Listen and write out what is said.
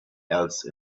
else